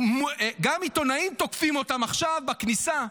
תוקפים אותם עכשיו בכניסה.